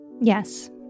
Yes